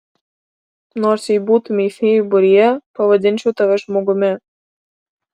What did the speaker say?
nors jei būtumei fėjų būryje pavadinčiau tave žmogumi